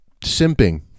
simping